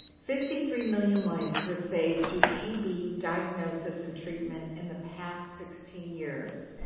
fifty three million lives were saved through tb diagnosis and treatment in the past sixteen years.